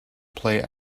play